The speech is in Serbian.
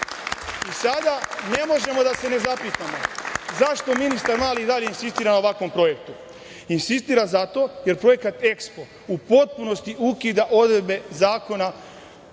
ne možemo da se ne zapitamo zašto ministar Mali i dalje insistira na ovakvom projektu? Insistira zato jer projekat EKSPO u potpunosti ukida odredbe Zakona